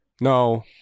No